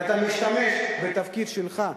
ואתה משתמש בתפקיד שלך,